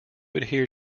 adhere